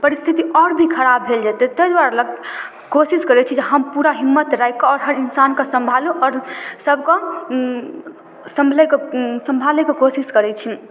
परिस्थिति आओर भी खराब भेल जेतै ताहि दुआरे कोशिश करै छी जे हम पूरा हिम्मत राखिके आओर हर इन्सानके सम्हारू आओर सबके सम्हलैके सम्हारैके कोशिश करै छी